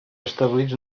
establits